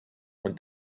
und